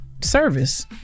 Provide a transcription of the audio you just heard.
service